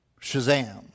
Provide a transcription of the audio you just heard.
Shazam